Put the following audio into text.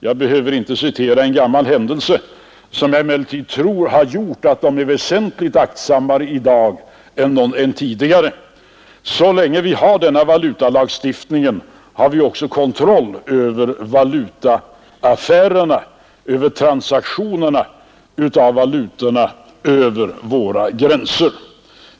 Jag behöver inte återge en gammal händelse, som jag emellertid tror har gjort att bankerna är väsentligt aktsammare i dag än tidigare. Så länge vi har denna valutalagstiftning har vi också kontroll över valutaaffärerna, över transaktionerna av valutor över våra gränser.